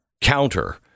counter